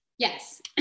Yes